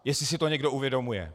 Jestli si to někdo uvědomuje.